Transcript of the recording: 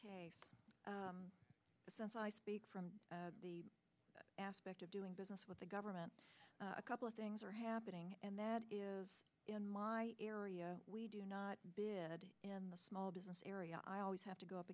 since i speak from the aspect of doing business with the government a couple of things are happening and that is in my area we do not bid in the small business area i always have to go up